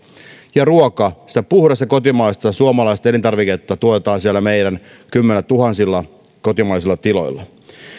ja ruoka puhdasta kotimaista suomalaista elintarviketta tuetaan siellä meidän kymmenillätuhansilla kotimaisilla tiloillamme